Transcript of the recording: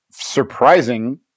surprising